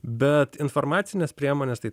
bet informacinės priemonės tai